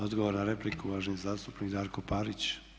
Odgovor na repliku, uvaženi zastupnik Darko Parić.